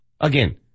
again